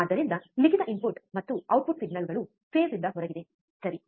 ಆದ್ದರಿಂದ ಲಿಖಿತ ಇನ್ಪುಟ್ ಮತ್ತು ಔಟ್ಪುಟ್ ಸಿಗ್ನಲ್ಗಳು ಫೇಸ್ ಇಂದ ಹೊರಗಿದೆ ಸರಿ